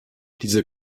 diese